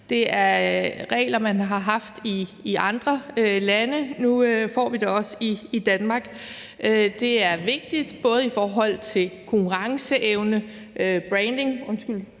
Det er regler, man har haft i andre lande, og nu får vi dem også i Danmark. Det er vigtigt, både i forhold til konkurrenceevne og branding